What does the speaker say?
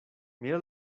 mira